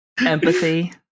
Empathy